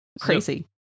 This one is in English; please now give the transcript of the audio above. crazy